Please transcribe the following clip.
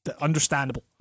understandable